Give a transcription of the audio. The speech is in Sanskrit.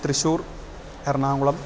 त्रिशूर् एर्णाकुळम्